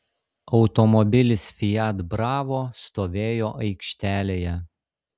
automobilis fiat bravo stovėjo aikštelėje